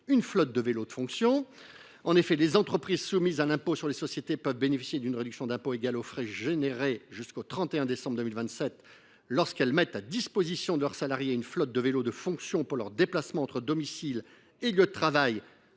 une flotte de vélos de fonction. En effet, les entreprises soumises à l’impôt sur les sociétés peuvent bénéficier d’une réduction d’impôt égale aux frais supportés, jusqu’au 31 décembre 2027, lorsqu’elles mettent à disposition de leurs salariés une flotte de vélos de fonction pour leurs déplacements entre domicile et lieu de travail,